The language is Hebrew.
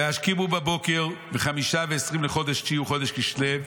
וישכימו בבוקר בחמישי ועשרים לחדש התשיעי הוא חודש כסליו,